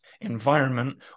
environment